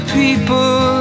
people